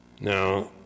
Now